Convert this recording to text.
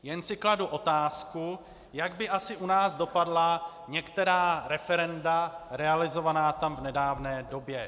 Jen si kladu otázku, jak by asi u nás dopadla některá referenda realizovaná tam v nedávné době.